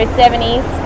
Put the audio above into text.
70s